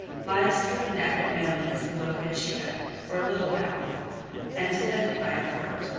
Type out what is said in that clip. lies through a neck known as the boca chica or little mouth and defended by a fort.